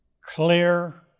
clear